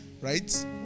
right